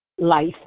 Life